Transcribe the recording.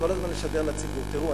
כל הזמן לשדר לציבור: תראו,